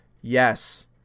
yes